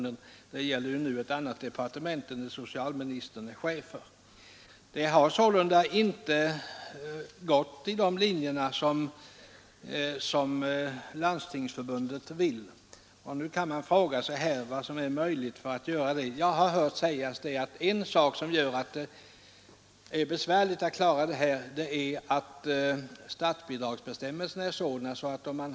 Anslaget beviljas av ett annat departement än socialdepartementet. Utvecklingen har sålunda inte följt Landstingsförbundets önskemål. Man kan fråga sig vad som kan göras för att så skall bli fallet. Jag har fått uppgift om att statsbidragsbestämmelsernas utformning lägger hinder i vägen.